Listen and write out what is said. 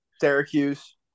Syracuse